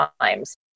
times